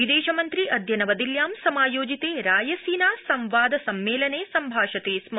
विदेशमन्त्री अदय नवदिल्ल्यां समायोजिते रायसीना संवाद सम्मेलने सम्भाषते स्म